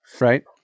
Right